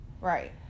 Right